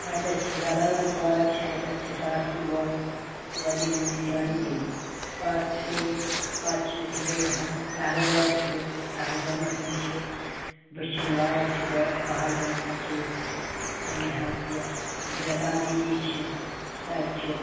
اَتیٚتھ چھِ زبروَن پارَک چھِ اَتیٚتھ سِٹارٹسٕے گۄڈٕ گۄڈٕ گٔیہِ یِم جایہِ ییٚتہِ پتہٕ چھُو پتہٕ چھِ یِتھٔے کٔنۍ ہُم پہلگام چھُ پہلگامَس منٛز چھِ وُچھِنۍ لایِق چھِ پہلگام تَتہِ چھِ ٲں یہِ حظ یہِ بیتاب ویلی چھِ تَتہِ چھِ